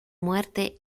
muerte